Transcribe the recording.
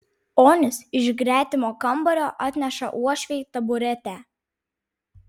onis iš gretimo kambario atneša uošvei taburetę